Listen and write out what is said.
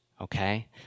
okay